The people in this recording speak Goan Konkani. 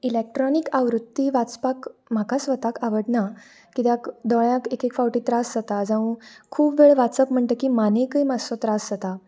इलेक्ट्रॉनिक आवृत्ती वाचपाक म्हाका स्वताक आवडना कित्याक दोळ्यांत एक एक फावटी त्रास जाता जावं खूब वेळ वाचप म्हणटकीच मानेकय मातसो त्रास जाता